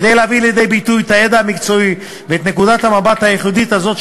כדי להביא לידי ביטוי את הידע המקצועי ואת נקודת המבט הייחודית הזאת,